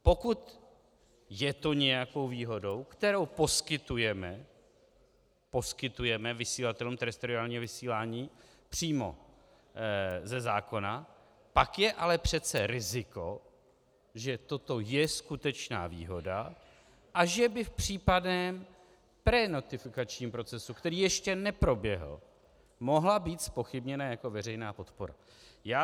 Pokud je to nějakou výhodou, kterou poskytujeme poskytujeme vysílatelům terestriálního vysílání přímo ze zákona, pak je ale přece riziko, že toto je skutečná výhoda a že by v případném prenotifikačním procesu, který ještě neproběhl, mohla být zpochybněna jako veřejná podpora.